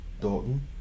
Dalton